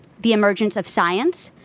the emergence of science,